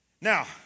Now